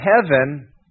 heaven